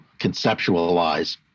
conceptualize